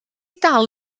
dal